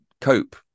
cope